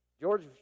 George